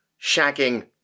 shagging